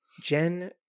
Jen